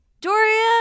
Doria